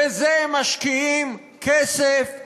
בזה הם משקיעים כסף,